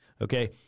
Okay